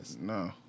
No